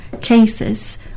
cases